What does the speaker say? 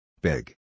Big